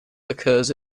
occurs